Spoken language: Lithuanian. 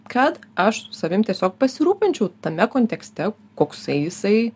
kad aš savim tiesiog pasirūpinčiau tame kontekste koksai jisai